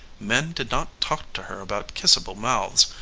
men did not talk to her about kissable mouths,